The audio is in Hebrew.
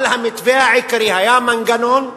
אבל המתווה העיקרי היה המנגנון.